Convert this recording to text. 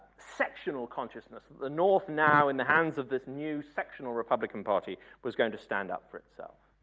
sectional consciousness. the north now in the hands of this new sectional republican party was going to stand up for itself.